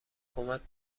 کمک